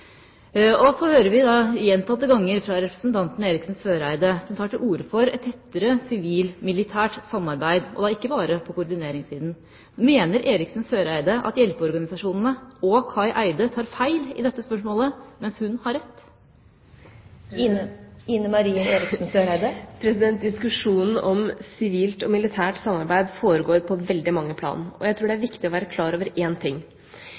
Så hører vi gjentatte ganger representanten Eriksen Søreide ta til orde for et tettere sivilt-militært samarbeid, og ikke bare på koordineringssiden. Mener Eriksen Søreide at hjelpeorganisasjonene og Kai Eide tar feil i dette spørsmålet, mens hun har rett? Diskusjonen om sivilt og militært samarbeid foregår på veldig mange plan, og jeg tror det er viktig å være klar over én ting: